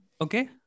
Okay